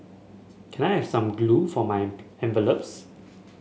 can I have some glue for my envelopes